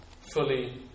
fully